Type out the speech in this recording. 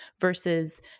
versus